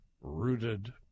rooted